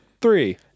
Three